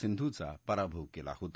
सिंधुचा पराभव केला होता